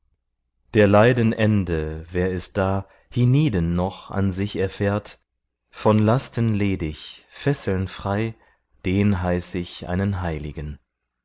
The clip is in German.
der leiden ende wer es da hienieden noch an sich erfährt von lasten ledig fesseln frei den heiß ich einen heiligen